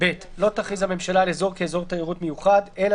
(ב)לא תכריז הממשלה על אזור כאזור תיירות מיוחד אלא